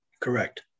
Correct